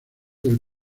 del